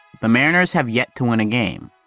the mariners have yet to win a game,